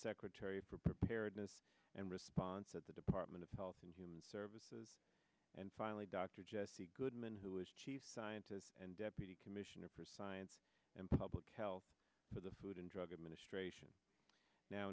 secretary for preparedness and response at the department of health and human services and finally dr jessie goodman who is chief scientist and deputy commissioner for science and public health for the food and drug administration now